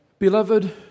Beloved